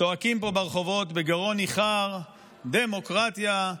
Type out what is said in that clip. צועקים פה ברחובות בגרון ניחר: דמוקרטיה,